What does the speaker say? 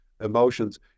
emotions